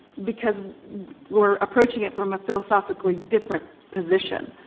because we're approaching it from a philosophically different position.